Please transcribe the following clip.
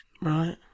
Right